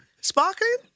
Sparkling